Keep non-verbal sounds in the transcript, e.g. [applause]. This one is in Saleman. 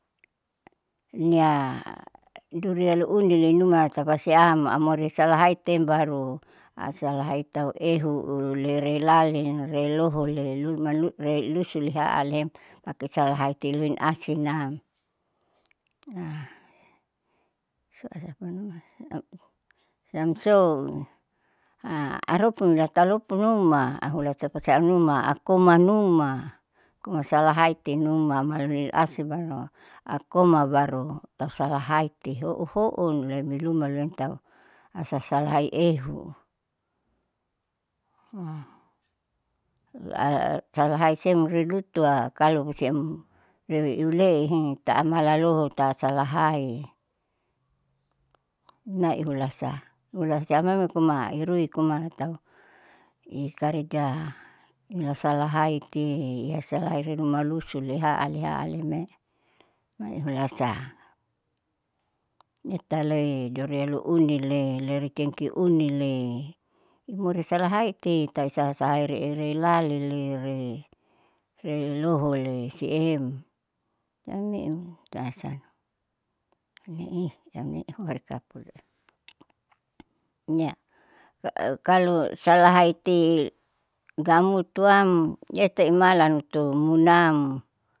Nia duralu ulilenuma tapasiam amori salahai tem baru asalahi tahu ehu u lerelalin, lerohole lu lumanusu le rusulehalem pake salahai te luin asinam [noise] [hesitation] sou asasau numa. Siam sou [hesitation] aropun ratalopunuma ahulatapa siam numa koma numa koma salahaite numa malui asin baru akoma baru tahu salahaite hou houn iloimiluma leun tahu asalahai ehu [hesitation] la salahai siem ruilutua kalo siem rewiule [hesitation] tamalaloho ta salahai mai hulasa hula siam mai ruma irui kuma atau i karja nilasalhai ti iha salahi niruma rusulehaala lehaale lehaale leime maihulasa. Letaloi duria luunile lerikenki unile imori salahai te tai isaha saha rai erali re reilohole siem, siame me'e san sai ini nie huharukapu. [noise] iya kalo salahiate gamutuam etaimalan loto munam.